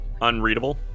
unreadable